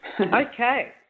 Okay